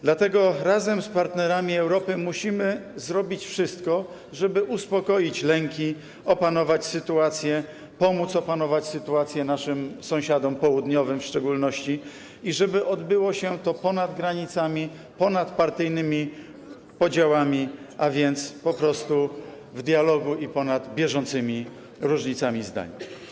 Dlatego razem z partnerami z Europy musimy zrobić wszystko, żeby uspokoić lęki, opanować sytuację, pomóc opanować sytuację, w szczególności naszym południowym sąsiadom, i żeby odbyło się to ponad granicami, ponad partyjnymi podziałami, a więc po prostu w dialogu i ponad bieżącymi różnicami zdań.